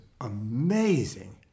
amazing